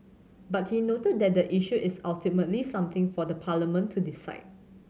but he noted that the issue is ultimately something for Parliament to decide